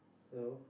so